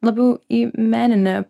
labiau į meninę